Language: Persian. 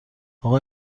اقا